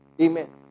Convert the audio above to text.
Amen